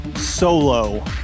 Solo